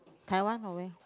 Taiwan or where